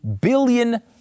billion